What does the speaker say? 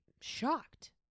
shocked